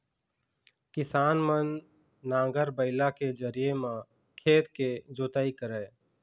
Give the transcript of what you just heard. किसान मन नांगर, बइला के जरिए म खेत के जोतई करय